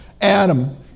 Adam